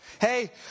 hey